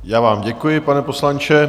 Já vám děkuji, pane poslanče.